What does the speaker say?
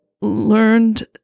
learned